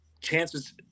chances